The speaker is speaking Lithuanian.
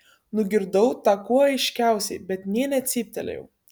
nugirdau tą kuo aiškiausiai bet nė necyptelėjau